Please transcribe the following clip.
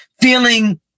feeling